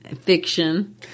fiction